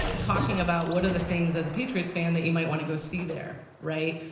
talking about what are the things, as a patriots fan, that you might want to go see there, right?